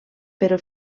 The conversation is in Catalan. però